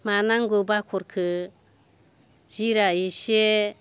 मा नांगौ जिरा एसे